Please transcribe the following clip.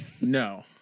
no